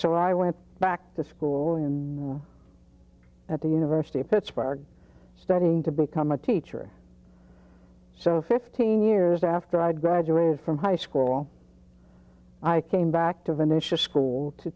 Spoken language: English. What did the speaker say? so i went back to school and at the university of pittsburgh studying to become a teacher so fifteen years after i graduated from high school i came back to the